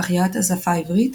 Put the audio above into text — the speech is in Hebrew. החייאת השפה העברית,